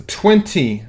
twenty